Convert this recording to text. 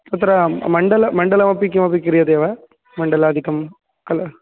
तत्र मण्डल मण्डलमपि किमपि क्रियते वा मण्डलादिकं कल